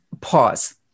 pause